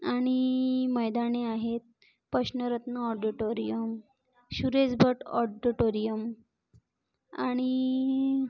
आणि मैदाने आहेत पश्नरत्न ऑडिटोरियम सुरेश भट ऑडोटोरियम आणि